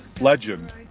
legend